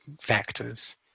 factors